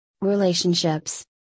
relationships